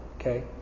okay